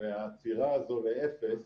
והעצירה הזו לאפס